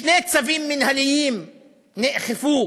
שני צווים מינהליים נאכפו